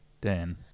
Dan